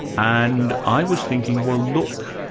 and i was thinking, well look,